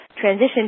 transition